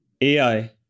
AI